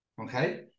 okay